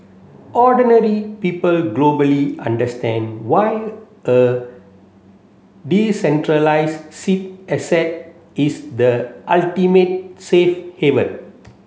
ordinary people globally understand why a decentralised asset is the ultimate safe haven